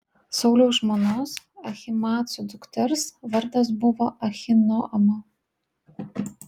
sauliaus žmonos ahimaaco dukters vardas buvo ahinoama